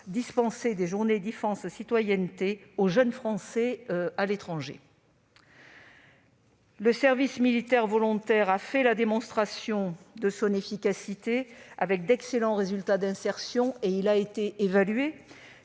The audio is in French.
afin de pouvoir les dispenser aux jeunes Français à l'étranger. Le service militaire volontaire (SMV) a fait la démonstration de son efficacité avec d'excellents résultats d'insertion. Il a été évalué-